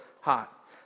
hot